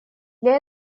для